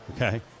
Okay